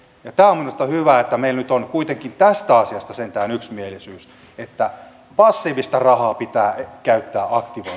tämä on minusta hyvä että meillä nyt on kuitenkin tästä asiasta sentään yksimielisyys että passiivista rahaa pitää käyttää aktivoimiseen